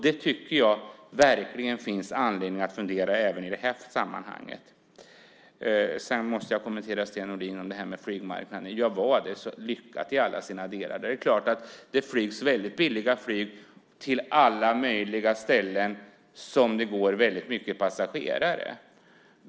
Det tycker jag verkligen att det finns anledning att fundera på även i detta sammanhang. Sedan måste jag kommentera det som Sten Nordin sade om flygmarknaden. Var detta så lyckat i alla sina delar? Det är klart att det finns billigt flyg till alla möjliga ställen som har många passagerare.